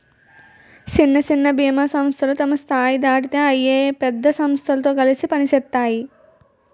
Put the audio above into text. సిన్న సిన్న బీమా సంస్థలు తమ స్థాయి దాటితే అయి పెద్ద సమస్థలతో కలిసి పనిసేత్తాయి